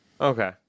Okay